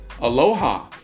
aloha